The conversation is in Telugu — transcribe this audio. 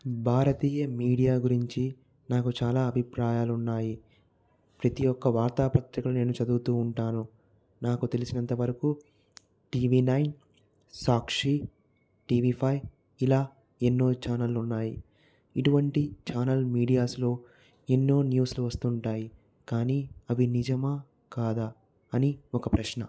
భారతీయ మీడియా గురించి నాకు చాలా అభిప్రాయాలు ఉన్నాయి ప్రతి ఒక్క వార్తాపత్రికలు నేను చదువుతు ఉంటాను నాకు తెలిసినంతవరకు TV nine Sakshi TV five ఇలా ఎన్నో ఛానళ్ళు ఉన్నాయి ఇటువంటి ఛానల్ మీడియాస్లో ఎన్నో న్యూస్లు వస్తుంటాయి కానీ అవి నిజమా కాదా అని ఒక ప్రశ్న